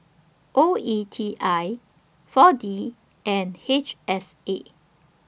O E T I four D and H S A